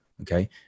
okay